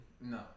No